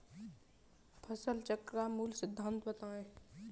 फसल चक्र का मूल सिद्धांत बताएँ?